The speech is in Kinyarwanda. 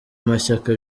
mashyaka